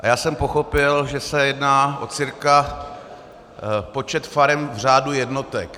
A já jsem pochopil, že se jedná cca o počet farem v řádu jednotek.